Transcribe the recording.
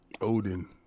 Odin